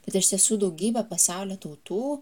bet iš tiesų daugybė pasaulio tautų